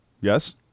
Yes